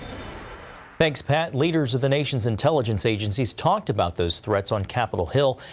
thanks, pat. leaders of the nation's intelligence agencies talked about those threats on capitol hill.